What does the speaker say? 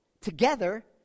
together